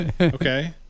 Okay